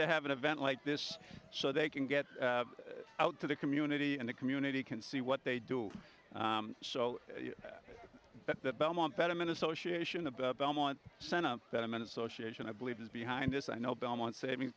to have an event like this so they can get out to the community and the community can see what they do so at the belmont betterment of socialization of belmont center that i'm an association i believe is behind this i know belmont savings